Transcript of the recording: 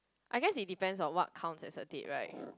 I guess it depends on what counts as a date right